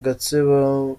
gatsibo